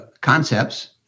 concepts